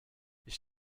ich